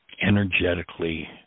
energetically